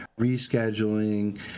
rescheduling